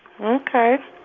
Okay